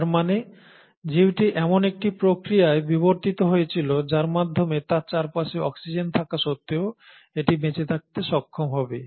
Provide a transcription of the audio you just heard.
তার মানে জীবটি এমন একটি প্রক্রিয়ায় বিবর্তিত হয়েছিল যার মাধ্যমে তার চারপাশে অক্সিজেন থাকা সত্ত্বেও এটি বেঁচে থাকতে সক্ষম হবে